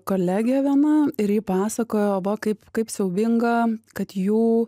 kolege viena ir ji pasakojo va kaip kaip siaubinga kad jų